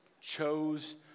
chose